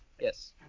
yes